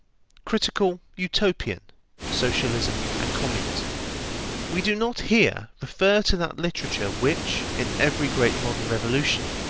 critical-utopian socialism and communism we do not here refer to that literature which, in every great modern revolution,